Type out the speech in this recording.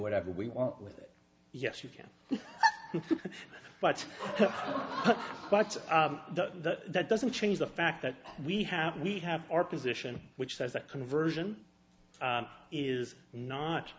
whatever we want with it yes you can but but but that doesn't change the fact that we have we have our position which says that conversion is not